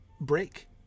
break